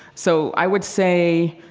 so, i would say,